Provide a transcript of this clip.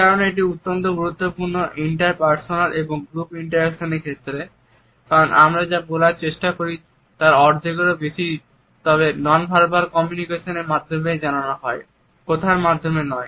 কারণ আমরা যা বলার চেষ্টা করি তার অর্ধেকেরও বেশি তবে নন ভার্বাল কমিউনিকেশন এর মাধ্যমে জানানো হয় কথার মাধ্যমে নয়